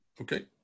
Okay